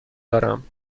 دارم